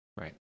Right